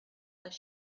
their